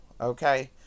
okay